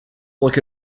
like